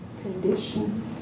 condition